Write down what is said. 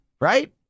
Right